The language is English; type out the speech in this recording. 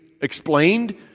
explained